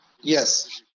Yes